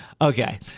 Okay